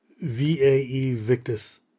V-A-E-Victus